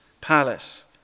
palace